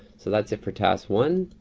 so that's it for task one.